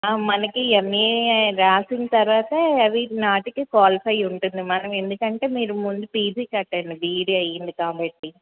మనకి ఎమ్ఏ రాసిన తరవాతే అవి నాటికి క్వాలిఫైడ్ ఉంటుంది మ్యాడం ఎందుకంటే మీరు ముందు పిజి కట్టండి బీఈడి అయ్యింది కాబట్టి